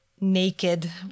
naked